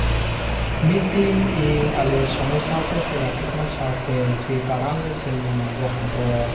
ᱢᱤᱫ ᱫᱤᱱ ᱤᱧ ᱟᱞᱮ ᱥᱚᱸᱜᱮ ᱥᱟᱶᱛᱮ ᱥᱮ ᱜᱟᱛᱮ ᱠᱚᱲᱟ ᱥᱟᱶᱛᱮ ᱡᱮ ᱫᱟᱬᱟᱱ ᱞᱮ ᱥᱮᱱ ᱞᱮᱱᱟ ᱡᱟᱦᱟᱸ ᱫᱚ